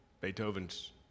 Beethoven's